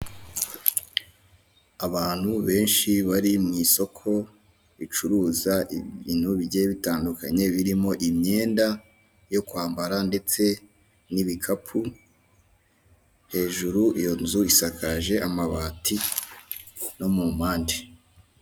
Abantu benshi bari mu isoko ricuruza ibintu bigiye bitandukanye, birimo imyenda yo kwambara ndetse n'ibikapu, hejuru iyo nzu isakaje amabati, no mu mpande.